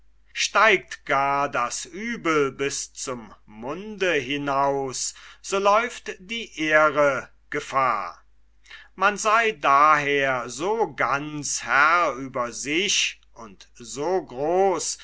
steigt gar das uebel bis zum munde hinaus so läuft die ehre gefahr man sei daher so ganz herr über sich und so groß